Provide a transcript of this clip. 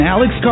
Alex